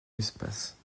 l’espace